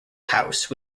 house